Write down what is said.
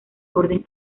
orden